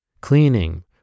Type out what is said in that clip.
cleaning